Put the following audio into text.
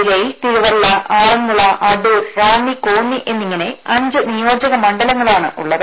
ജില്ലയിൽ തിരുവല്ല ആറന്മുള അടൂർ റാന്നി കോന്നി എന്നിങ്ങനെ അഞ്ച് നിയോജക മണ്ഡലങ്ങളാണ് ഉള്ളത്